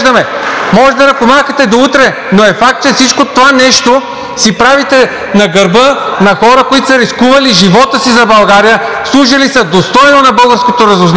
Може да ръкомахате до утре, но е факт, че всичкото това нещо си правите на гърба на хора, които са рискували живота си за България, служили са достойно на българското разузнаване,